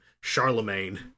charlemagne